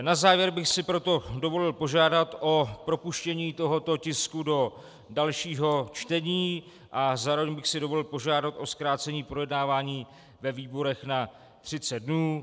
Na závěr bych si proto dovolil požádat o propuštění tohoto tisku do dalšího čtení a zároveň bych si dovolil požádat o zkrácení projednávání ve výborech na 30 dnů.